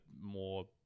more